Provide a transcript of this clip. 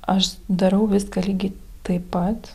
aš darau viską lygiai taip pat